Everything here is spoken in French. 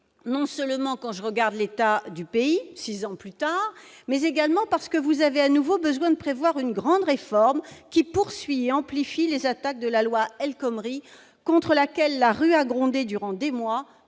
non seulement, quand je regarde l'état du pays, six ans plus tard, mais également parce que vous avez à nouveau besoin de prévoir une grande réforme qui poursuit et amplifie les attaques de la loi El Khomri, contre laquelle la rue a grondé durant des mois,